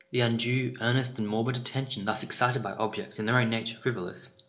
the undue, earnest, and morbid attention thus excited by objects in their own nature frivolous,